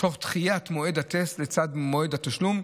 תוך דחיית מועד הטסט לצד מועד התשלום,